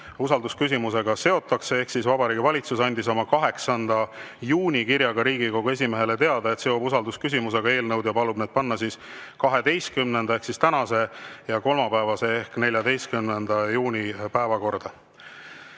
usaldusküsimusega seotakse. Ehk Vabariigi Valitsus andis oma 8. juuni kirjaga Riigikogu esimehele teada, et seob eelnõud usaldusküsimusega, ning palub need panna 12‑nda ehk tänase ja kolmapäevase ehk 14. juuni päevakorda.